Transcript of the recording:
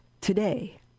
today